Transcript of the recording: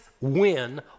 win